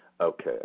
Okay